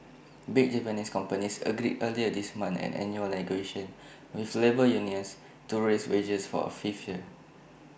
big Japanese companies agreed earlier this month at annual negotiations with labour unions to raise wages for A fifth year